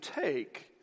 take